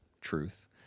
truth